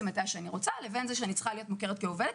מתי שאני רוצה לבין זה שאני צריכה להיות מוכרת כעובד.